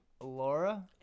Laura